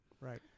Right